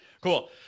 Cool